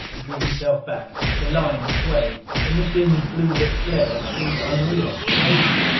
drew himself back. the line swayed. in the dim, blue lit glare it seemed unreal, crazy.